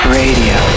radio